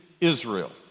Israel